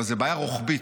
אבל זאת בעיה רוחבית.